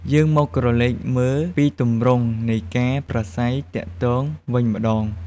យើងមកក្រឡេកមើលពីទម្រង់នៃការប្រាស្រ័យទាក់ទងវិញម្ដង។